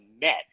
Met